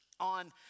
On